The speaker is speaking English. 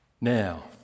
Now